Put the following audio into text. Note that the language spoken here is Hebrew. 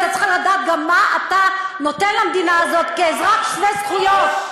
אתה צריך לדעת גם מה אתה נותן למדינה הזאת כאזרח שווה זכויות,